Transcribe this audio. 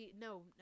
no